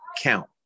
count